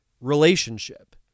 relationship